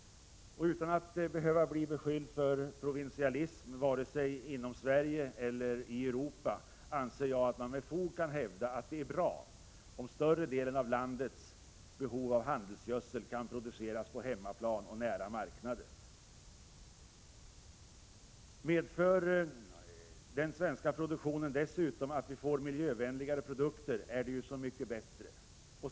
Utan att behöva bli beskylld för provinsialism — vare sig inom Sverige eller i Europa — anser jag att man med fog kan hävda att det är bra om större delen av landets behov av handelsgödsel kan produceras på hemmaplan och nära marknaden. Medför den svenska produktionen dessutom att vi får miljövänligare produkter är det ju så mycket bättre.